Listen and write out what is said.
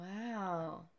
Wow